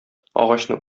агачны